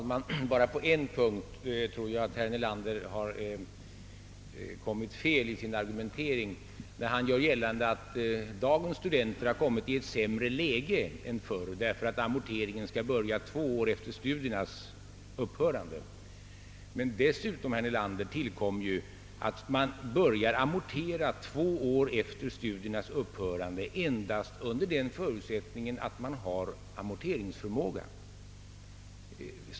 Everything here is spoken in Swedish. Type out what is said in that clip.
Herr talman! På en punkt tror jag att herr Nelander har fel i sin argumentering, nämligen när han gör gällande att dagens studenter har råkat i ett sämre läge därför att amorteringen skall börja två år efter studiernas upphörande. Till denna regel kommer, herr Nelan der, att studenten börjar amortera två år efter studiernas upphörande endast under den förutsättningen att han har amorteringsförmåga.